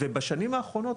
ובשנים האחרונות,